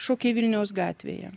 šokiai vilniaus gatvėje